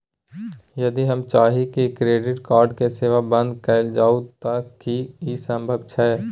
यदि हम चाही की क्रेडिट कार्ड के सेवा बंद कैल जाऊ त की इ संभव छै?